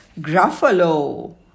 Gruffalo